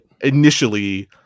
initially